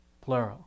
plural